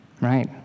right